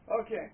Okay